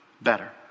better